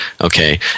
okay